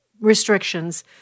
restrictions